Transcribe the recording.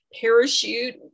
Parachute